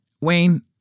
Wayne